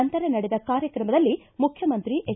ನಂತರ ನಡೆದ ಕಾರ್ಯಕ್ರಮದಲ್ಲಿ ಮುಖ್ಯಮಂತ್ರಿ ಎಚ್